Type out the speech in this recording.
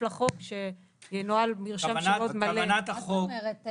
לחוק שינוהל מרשם -- מה זאת אומרת?